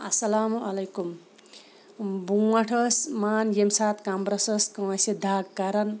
اَسلامُ علیکُم بروںٛٹھ ٲسۍ مان ییٚمہِ ساتہٕ کَمرَس ٲس کٲنٛسہِ دَگ کَران